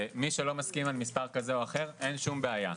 מי שלא מסכים על מספר כזה או אחר, אין שום בעיה.